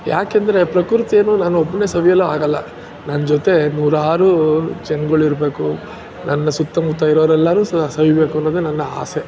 ಯಾಕಂದ್ರೆ ಪ್ರಕೃತಿಯನ್ನು ನಾನೊಬ್ಬನೇ ಸವಿಯಲು ಆಗೋಲ್ಲ ನನ್ನ ಜೊತೆ ನೂರಾರು ಜನಗಳಿರ್ಬೇಕು ನನ್ನ ಸುತ್ತಮುತ್ತ ಇರೋರೆಲ್ಲರೂ ಸಹ ಸವಿಬೇಕನ್ನೋದೆ ನನ್ನ ಆಸೆ